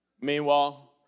Meanwhile